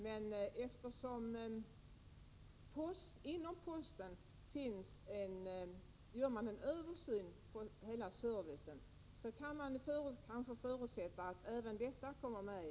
Då man inom posten gör en översyn beträffande hela servicen, kan man kanske förutsätta att även den här saken kommer med.